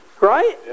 Right